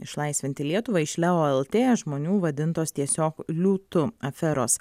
išlaisvinti lietuvą iš leolt žmonių vadintos tiesiog liūtu aferos